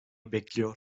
bekliyor